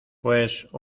pues